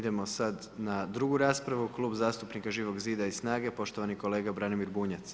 Idemo sada na drugu raspravu, Klub zastupnika Živog zida i SNAGA-e i poštovani kolega Branimir Bunjac.